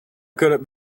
could